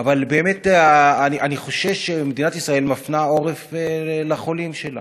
אבל באמת אני חושש שמדינת ישראל מפנה עורף לחולים שלה: